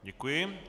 Děkuji.